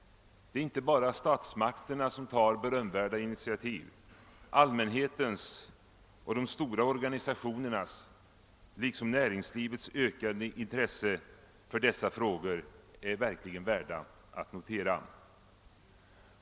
Det är inte bara statsmakterna som tar berömvärda initiativ. Allmänhetens och de stora organisationernas liksom näringslivets ökade intresse för dessa frågor är verkligen värt att notera.